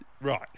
Right